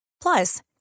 Plus